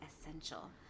essential